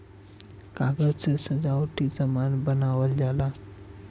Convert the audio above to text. कागज से सजावटी सामान बनावल जाला